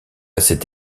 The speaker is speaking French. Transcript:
cette